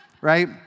right